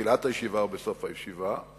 בתחילת הישיבה או בסוף הישיבה,